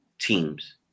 teams